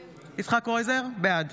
קלנר, אינו נוכח יצחק קרויזר, בעד